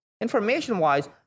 information-wise